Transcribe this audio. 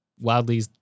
Wildly